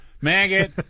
Maggot